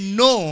no